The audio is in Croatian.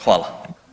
Hvala.